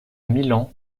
milan